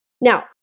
Now